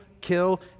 kill